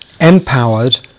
empowered